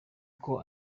uko